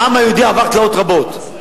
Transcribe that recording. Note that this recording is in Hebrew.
העם היהודי עבר תלאות רבות,